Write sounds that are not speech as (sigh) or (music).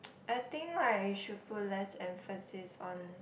(noise) I think like you should put less emphasis on